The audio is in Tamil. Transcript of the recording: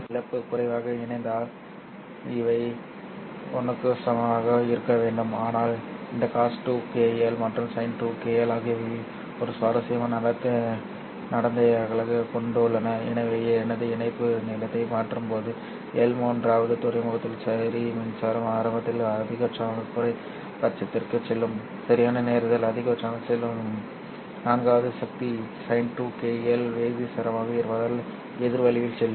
மீண்டும் இழப்பு குறைவாக இணைந்தால் இவை 1 க்கு சமமாக இருக்க வேண்டும் ஆனால் இந்த cos2 κ L மற்றும் sin2 κ L ஆகியவை ஒரு சுவாரஸ்யமான நடத்தைகளைக் கொண்டுள்ளன எனவே எனது இணைப்பு நீளத்தை மாற்றும்போது L மூன்றாவது துறைமுகத்தில் சரி மின்சாரம் ஆரம்பத்தில் அதிகபட்சமாக குறைந்தபட்சத்திற்கு செல்லும் சரியான நேரத்தில் அதிகபட்சமாக செல்லும் நான்காவது சக்தி sin2 κ L க்கு விகிதாசாரமாக இருப்பதால் எதிர் வழியில் செல்லும்